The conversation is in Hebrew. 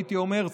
הייתי אומר,